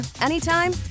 anytime